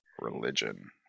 religion